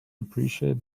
appreciate